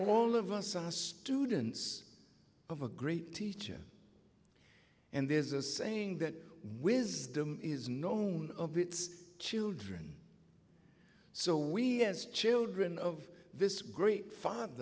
all of us are students of a great teacher and there's a saying that wisdom is known of its children so we as children of this great f